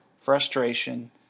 frustration